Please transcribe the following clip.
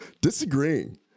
disagreeing